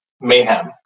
mayhem